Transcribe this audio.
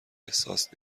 احساس